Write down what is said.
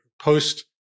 Post